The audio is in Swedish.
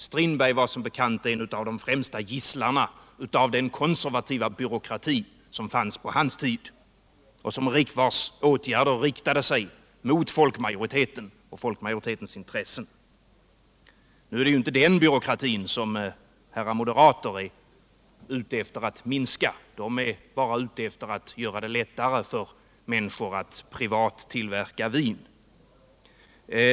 Strindberg var som bekant en av de främsta gisslarna av den konservativa byråkrati som fanns på hans tid och vars åtgärder riktade sig mot folk majoriteten och folkmajoritetens intressen. Nu är det ju inte den byråkratin som herrar moderater är ute efter att minska. De är bara ute efter att göra det lättare för människor att privat tillverka vin.